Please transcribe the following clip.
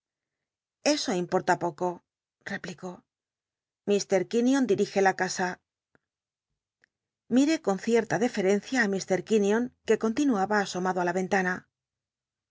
eso importa poco l'cplicó lfl quin ion di rige h casa miré con cierta deferencia á ir quinion que continunba asomado á la entana